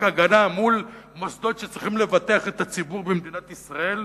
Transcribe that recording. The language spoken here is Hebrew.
הגנה מול מוסדות שצריכים לבטח את הציבור במדינת ישראל.